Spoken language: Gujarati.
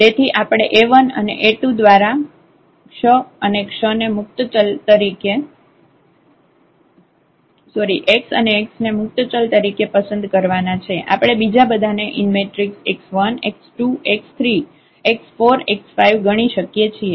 તેથી આપણે A 1 અને A 2 દ્વારા ક્સ અને ક્સ ને મુક્ત ચલ તરીકે પસંદ કરવાના છે આપણે બીજા બધા ને x1 x2 x3 x4 x5 ગણી શકીએ છીએ